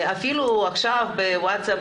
אפילו עכשיו בווטסאפ